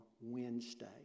wednesday